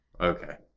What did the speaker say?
Okay